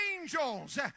angels